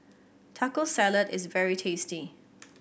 Taco Salad is very tasty